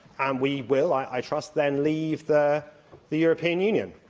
and we will, i trust, then leave the the european union.